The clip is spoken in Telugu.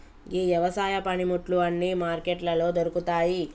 గీ యవసాయ పనిముట్లు అన్నీ మార్కెట్లలో దొరుకుతాయి